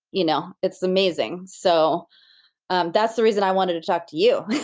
you know it's amazing. so um that's the reason i wanted to talk to you.